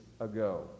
ago